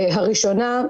הראשונה,